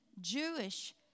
Jewish